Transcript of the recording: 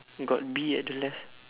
got bee at the left